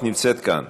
את נמצאת כאן,